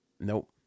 Nope